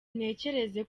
ntekereza